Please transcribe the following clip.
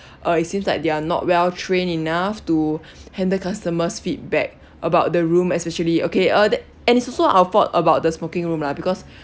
uh it seems like they are not well-trained enough to handle customers' feedback about the room especially okay uh that and it's also our fault about the smoking room lah because